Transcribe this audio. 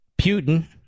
Putin